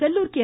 Sellur K